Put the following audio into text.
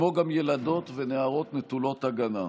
כמו גם ילדות ונערות נטולות הגנה.